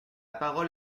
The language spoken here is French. parole